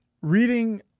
reading